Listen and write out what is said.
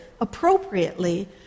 appropriately